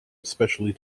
especially